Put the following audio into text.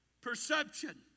perception